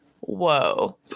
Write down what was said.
whoa